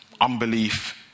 Unbelief